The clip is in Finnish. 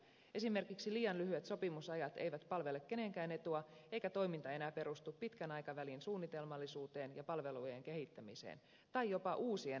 esimerkiksi liian lyhyet sopimusajat eivät palvele kenenkään etua eikä toiminta enää perustu pitkän aikavälin suunnitelmallisuuteen ja palvelujen kehittämiseen tai jopa uusien palvelukonseptien luomiseen